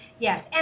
Yes